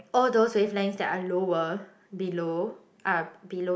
all those wavelengths that are lower below are below